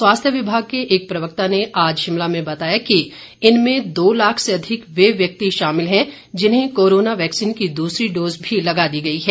स्वास्थ्य विभाग के एक प्रवक्ता ने आज शिमला में बताया कि इनमें दो लाख से अधिक वे व्यक्ति शामिल हैं जिन्हें कोरोना वैक्सीन की दूसरी डोज़ भी लगा दी गई है